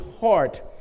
heart